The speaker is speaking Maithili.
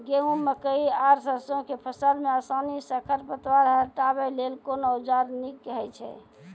गेहूँ, मकई आर सरसो के फसल मे आसानी सॅ खर पतवार हटावै लेल कून औजार नीक है छै?